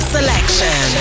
Selection